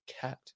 Cat